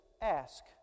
ask